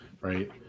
right